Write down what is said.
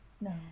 No